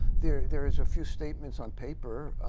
there there is a few statements on paper.